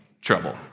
trouble